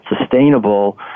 sustainable